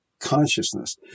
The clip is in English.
consciousness